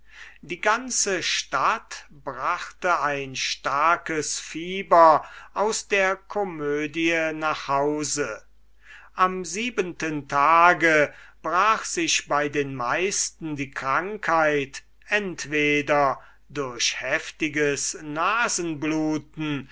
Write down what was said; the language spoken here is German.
die ganze stadt brachte ein starkes fieber aus der komödie nach hause am siebenten tage brach sich bei den meisten die krankheit entweder durch heftiges